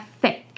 thick